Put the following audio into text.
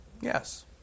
Yes